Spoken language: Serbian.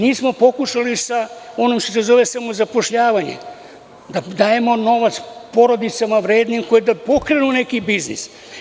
Nismo pokušali sa onim što se zove samozapošljavanje, da dajemo novac porodicama vrednim koje bi da pokrenu neki biznis.